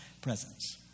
presence